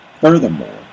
Furthermore